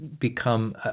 become